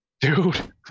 Dude